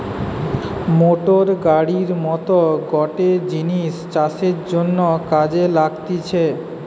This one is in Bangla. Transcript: মোটর গাড়ির মত গটে জিনিস চাষের জন্যে কাজে লাগতিছে